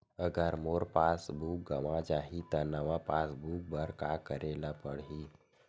अगर मोर passbook गवां जाहि त नवा पास बुक बर का करे ल पड़हि?